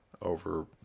over